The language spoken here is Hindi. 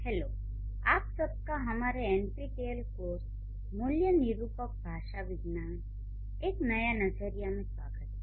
हेलो आप सबका हमारे एनपीटेल कोर्स मूल्यनिरूपक भाषा विज्ञान एक नया नज़रिया में स्वागत है